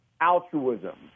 altruism